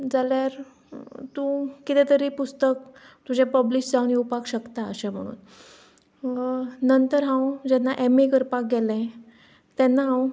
जाल्यार तूं किदें तरी पुस्तक तुजें पब्लीश जावन येवपाक शकता अशें म्हणून नंतर हांव जेन्ना एम ए करपाक गेलें तेन्ना हांव